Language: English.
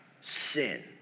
sin